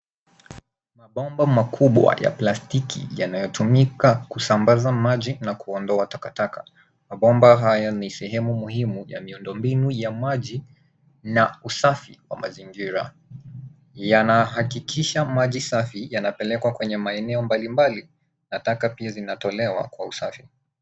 Mabomba makubwa ya plastiki yanayotumika kusambaza maji na kuondoa taka taka, Mabomba haya ni sehemu muhimu ya miundo mbinu ya maji na usafi wa mazingira yanahakikisha maji safi yanapelekwa kwenye maeneo mbali mbali na taka pia zinatolewa kwa usafi.